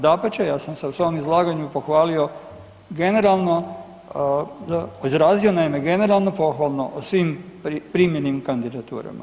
Dapače, ja sam u svom izlaganju pohvalio generalno, izrazio naime generalno pohvalno o svim primljenim kandidaturama.